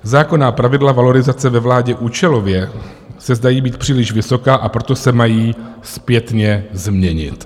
Zákonná pravidla valorizace ve vládě účelově se zdají být příliš vysoká, a proto se mají zpětně změnit.